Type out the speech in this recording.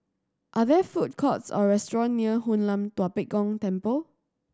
are there food courts or restaurant near Hoon Lam Tua Pek Kong Temple